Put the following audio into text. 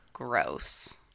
Gross